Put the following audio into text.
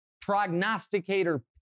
prognosticator